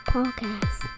Podcast